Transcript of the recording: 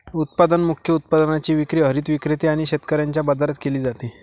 उत्पादन मुख्य उत्पादनाची विक्री हरित विक्रेते आणि शेतकऱ्यांच्या बाजारात केली जाते